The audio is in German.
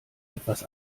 etwas